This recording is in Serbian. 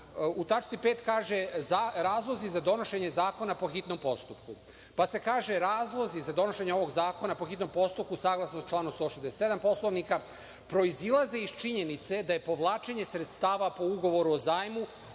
U tački 5. kaže – razlozi za donošenje zakona po hitnom postupku, pa se kaže – razlozi za donošenje ovog zakona po hitnom postupku saglasno članu 167. Poslovnika proizilaze iz činjenice da je povlačenje sredstava po ugovoru o zajmu